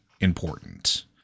important